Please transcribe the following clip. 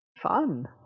Fun